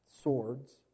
swords